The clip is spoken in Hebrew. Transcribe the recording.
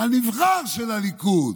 הנבחר של הליכוד.